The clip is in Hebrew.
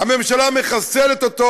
הממשלה מחסלת אותו.